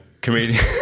Comedian